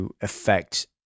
affect